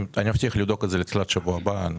אני מבטיח לבדוק את זה לקראת שבוע הבא.